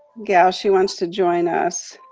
gail, she wants to join us.